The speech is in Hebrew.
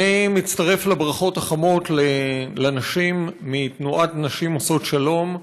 אני מצטרף לברכות החמות לנשים מתנועת נשים עושות שלום.